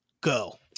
Go